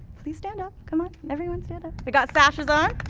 please stand up, come on. everyone, stand up. we got sashes on.